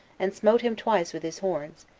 and smote him twice with his horns,